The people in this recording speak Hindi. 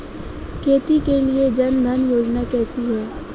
खेती के लिए जन धन योजना कैसी है?